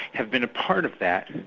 have been a part of that, and